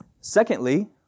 Secondly